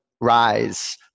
rise